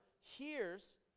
hears